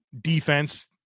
defense